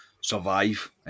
survive